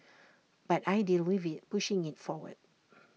but I deal with IT pushing IT forward